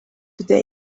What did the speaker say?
today